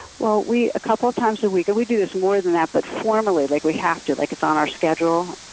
well, a couple of times a week and we do this more than that, but formally like we have to, like it's on our schedule